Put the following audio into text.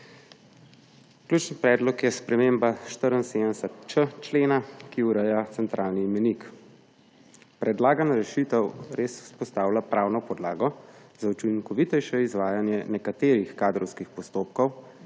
Ključni predlog je sprememba 74.č člena, ki ureja centralni imenik. Predlagana rešitev res vzpostavlja pravno podlago za učinkovitejše izvajanje nekaterih kadrovskih postopkov